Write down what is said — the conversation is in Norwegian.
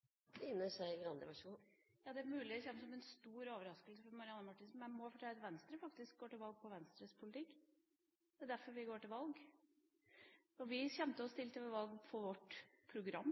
representanten Skei Grande si noen ting om hvilke av de forslagene som jeg nettopp refererte, som hun kan være med på å diskutere med Fremskrittspartiet. Hvilke av disse forslagene kan partiet Venstre leve med? Det er mulig det kommer som en stor overraskelse for Marianne Marthinsen, men jeg må fortelle at Venstre faktisk går til valg på Venstres politikk. Det er derfor vi går til valg. Vi kommer til å stille til valg på vårt program,